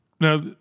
now